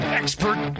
expert